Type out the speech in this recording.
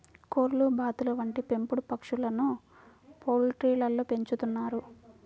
కోళ్లు, బాతులు వంటి పెంపుడు పక్షులను పౌల్ట్రీలలో పెంచుతున్నారు